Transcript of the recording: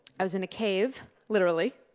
i was in a cave literally,